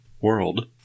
world